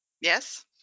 Yes